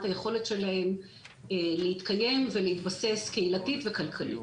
היכולת שלהם להתקיים ולהתבסס קהילתית וכלכלית.